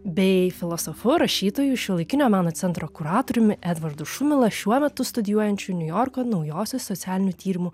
bei filosofu rašytoju šiuolaikinio meno centro kuratoriumi edvardu šumila šiuo metu studijuojančiu niujorko naujosios socialinių tyrimų